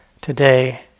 today